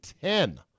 ten